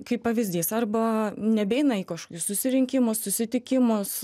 kaip pavyzdys arba nebeina į kažkokius susirinkimus susitikimus